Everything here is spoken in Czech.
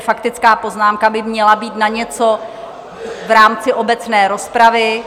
Faktická poznámka by měla být na něco v rámci obecné rozpravy.